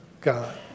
God